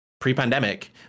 pre-pandemic